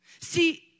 See